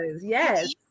Yes